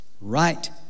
Right